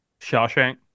Shawshank